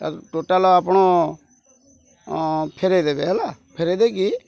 total ଆପଣ ଫେରେଇ ଦେବେ ହେଲା ଫେରେଇ ଦେଇକି